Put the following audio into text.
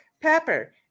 pepper